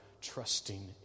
trusting